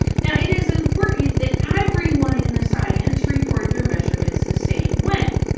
yeah it is important that everyone in the science report their measurements the same way.